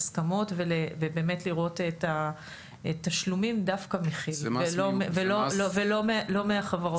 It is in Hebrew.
להסכמות ובאמת לראות את התשלומים דווקא מכי"ל ולא מהחברות האחרות.